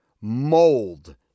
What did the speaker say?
mold